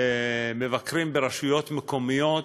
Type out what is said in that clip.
ומבקרים ברשויות מקומיות,